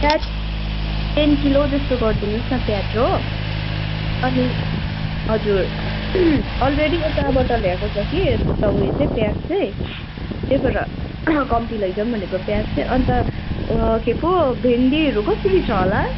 प्याज ten kilo जस्तो गरिदिनुहोस् न प्याज हो अनि हजुर अलरेडी यताबाट ल्याएको छ कि उयो चाहिँ प्याज चाहिँ त्यही भएर कम्ती लैजाउँ भनेको प्याज चाहिँ अन्त के पो भिन्डीहरू कसरी छ होला